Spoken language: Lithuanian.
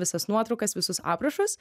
visas nuotraukas visus aprašus